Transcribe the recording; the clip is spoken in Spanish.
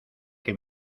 que